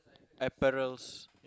apparels